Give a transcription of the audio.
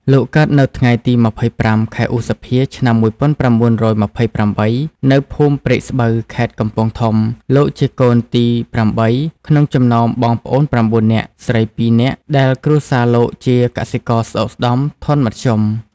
លោកកើតនៅថ្ងៃទី២៥ ខែឧសភាឆ្នាំ១៩២៨ នៅភូមិព្រែកស្បូវខេត្តកំពង់ធំ លោកជាកូនទី៨ ក្នុងចំណោមបងប្អូន៩នាក់ ស្រីពីរនាក់ ដែលគ្រួសារលោកជាកសិករស្តុកស្តម្ភធនមធ្យម។